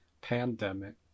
pandemic